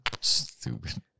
Stupid